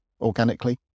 organically